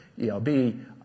ELB